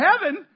heaven